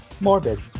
morbid